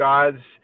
God's